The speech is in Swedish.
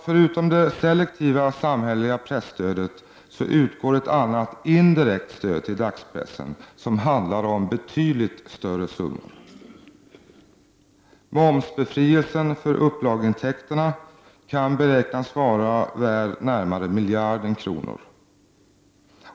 Förutom det selektiva samhälleliga presstödet utgår ett annat indirekt stöd till dagspressen, som handlar om betydligt större summor. Momsbefrielsen för upplageintäkterna kan beräknas vara värd närmare miljarden kronor.